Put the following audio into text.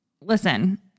Listen